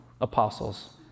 apostles